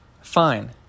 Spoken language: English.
Fine